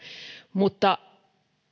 mutta